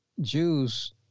Jews